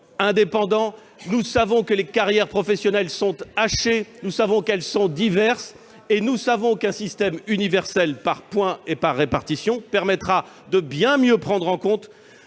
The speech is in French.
indépendant. Nous savons que les carrières professionnelles sont hachées, diverses et nous savons qu'un système universel par point et par répartition permettra de bien mieux prendre en compte